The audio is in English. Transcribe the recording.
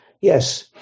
Yes